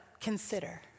consider